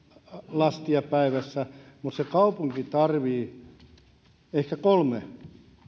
lastia päivässä mutta se kaupunki tarvitsee ehkä kolme